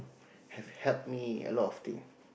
have helped me a lot of thing